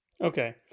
Okay